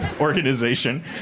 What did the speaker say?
organization